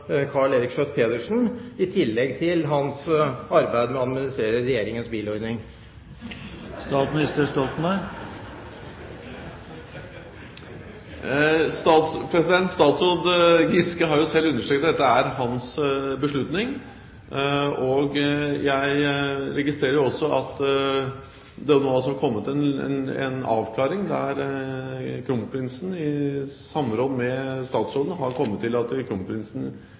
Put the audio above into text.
i tillegg til hans arbeid med å administrere Regjeringens bilordning? Statsråd Giske har jo selv understreket at dette er hans beslutning. Jeg registrerer også at det nå er kommet en avklaring der kronprinsen i samråd med statsråden har kommet til at